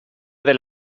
del